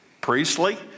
priestly